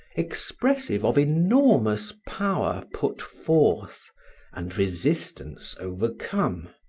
expressive of enormous power put forth and resistance overcome.